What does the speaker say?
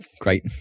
great